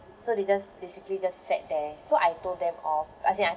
so they just basically just sat there so I told them off as in I